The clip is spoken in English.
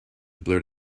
blurt